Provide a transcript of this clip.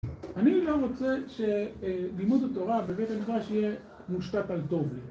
אני לא רוצה שלימוד התורה בבית המדרש יהיה מושתת על טוב לי